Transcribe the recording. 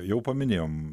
jau paminėjom